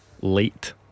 Late